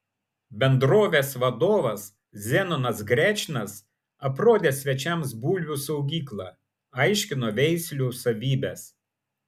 bendrovės vadovas zenonas grečnas aprodė svečiams bulvių saugyklą aiškino veislių savybes